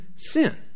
Sin